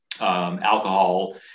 alcohol